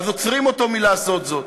אז עוצרים אותו מלעשות זאת.